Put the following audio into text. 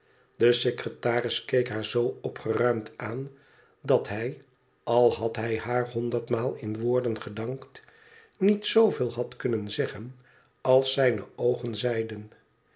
de secretaris keek haar zoo opgeruimd aan dat hij al had hij haar honderdmaal in woorden gedankt niet zooveel had kunnen zeggen als zijne oogen zeiden